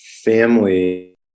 family